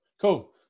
cool